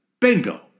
Bingo